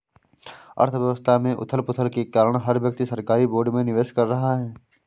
अर्थव्यवस्था में उथल पुथल के कारण हर व्यक्ति सरकारी बोर्ड में निवेश कर रहा है